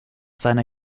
seiner